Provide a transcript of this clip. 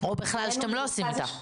או בכלל שאתם לא עושים איתה?